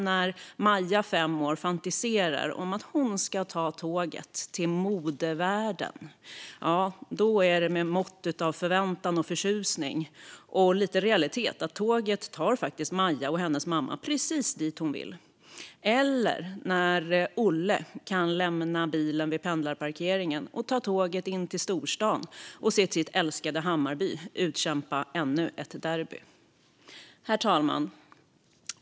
När Maja, fem år, fantiserar om att ta tåget till "Modevärlden" är det med ett mått av förväntan och förtjusning över att tåget faktiskt tar Maja och hennes mamma precis dit de vill - och ett litet mått av realitet. Detsamma gäller när Olle kan lämna bilen vid pendlarparkeringen, ta tåget in till storstan och se sitt älskade Hammarby utkämpa ännu ett derby. Herr talman!